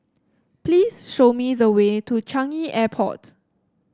please show me the way to Changi Airport